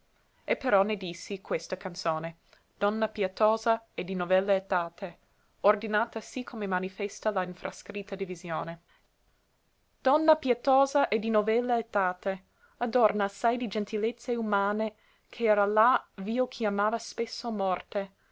e però ne dissi questa canzone donna pietosa e di novella etate ordinata sì come manifesta la infrascritta divisione donna pietosa e di novella etate adorna assai di gentilezze umane che era là v'io chiamava spesso morte